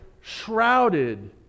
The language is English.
shrouded